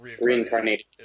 reincarnated